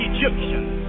Egyptians